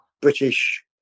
British